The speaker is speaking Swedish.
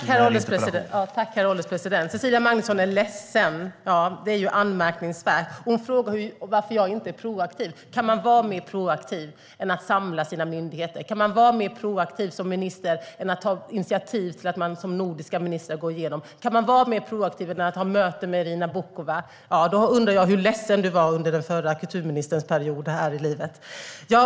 Herr ålderspresident! Cecilia Magnusson är ledsen. Det är anmärkningsvärt. Hon frågar varför jag inte är proaktiv. Kan man vara mer proaktiv än att samla sina myndigheter? Kan man vara mer proaktiv som minister än att ta initiativ till att nordiska ministrar ska gå igenom detta? Kan man vara mer proaktiv än att ha möte med Irina Bokova? Då undrar jag hur ledsen Cecilia Magnusson var under den förra kulturministerns period.